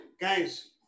Guys